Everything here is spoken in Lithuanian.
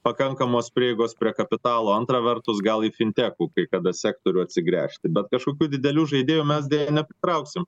pakankamos prieigos prie kapitalo antra vertus gal fintekų kai kada sektorių atsigręžti bet kažkokių didelių žaidėjų mes deja nepritrauksim